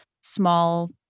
small